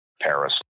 Paris